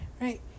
right